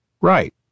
Right